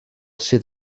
sydd